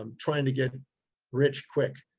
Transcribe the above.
um trying to get rich quick.